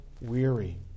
weary